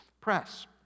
press